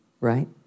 right